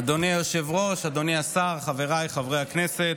אדוני היושב-ראש, אדוני השר, חבריי חברי הכנסת,